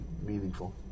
meaningful